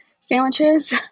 sandwiches